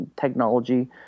technology